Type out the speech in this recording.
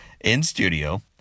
in-studio